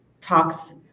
talks